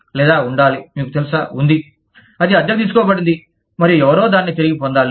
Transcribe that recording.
లేదా ఉండాలి మీకు తెలుసా ఉంది అది అద్దెకు తీసుకోబడింది మరియు ఎవరో దానిని తిరిగి పొందాలి